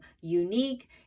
unique